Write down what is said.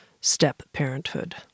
step-parenthood